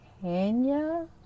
Kenya